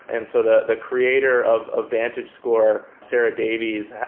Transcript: and so the the creator of ah vantagescore, sarah davies,